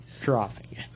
dropping